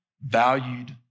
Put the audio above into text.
valued